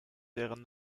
deren